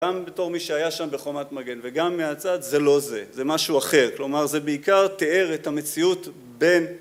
גם בתור מי שהיה שם בחומת מגן וגם מהצד, זה לא זה, זה משהו אחר, כלומר זה בעיקר תיאר את המציאות בין